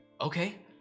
Okay